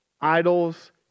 idols